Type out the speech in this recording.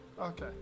Okay